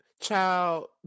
Child